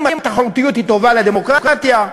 אם התחרותיות טובה לדמוקרטיה,